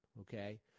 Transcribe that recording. okay